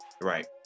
Right